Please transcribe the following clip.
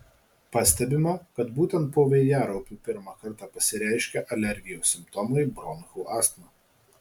pastebima kad būtent po vėjaraupių pirmą kartą pasireiškia alergijos simptomai bronchų astma